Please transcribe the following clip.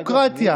הפרקליטות,